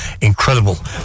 incredible